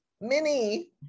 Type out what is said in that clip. Mini